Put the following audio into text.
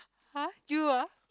!huh! you ah